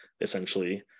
essentially